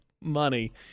money